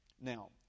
Now